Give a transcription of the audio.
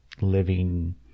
living